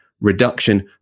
reduction